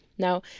Now